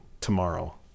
tomorrow